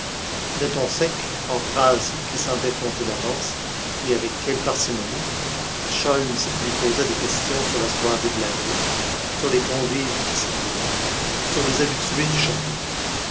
d'un ton sec en phrases qui semblaient comptées d'avance et avec quelle parcimonie sholmès lui posa des questions sur la soirée de la veille sur les convives qui s'y trouvaient sur les habitués du château